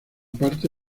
parte